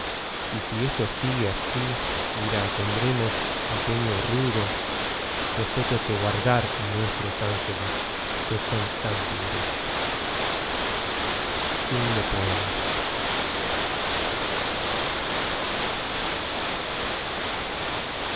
y si esto sigue así mira tendremos empeño rudo nosotros que guardar á nuestros ángeles pues son tan puros sonetos